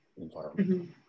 environment